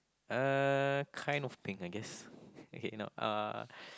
uh kind of pink I guess okay no uh